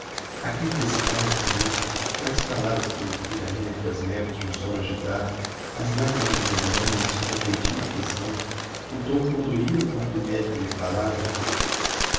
aquele desmaio tão longo aquelas palavras que eu ouvira ainda entre as névoas de um sono agitado as lágrimas de minha mãe e a sua repentina aflição o tom condoído com que o médico lhe falara